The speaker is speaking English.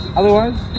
otherwise